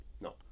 No